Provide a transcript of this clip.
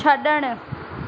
छड॒णु